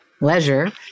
leisure